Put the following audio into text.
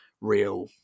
real